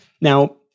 Now